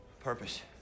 Purpose